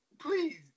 Please